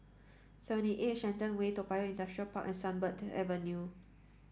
seventy eight Shenton Way Toa Payoh Industrial Park and Sunbird Avenue